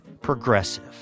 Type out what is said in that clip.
Progressive